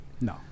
No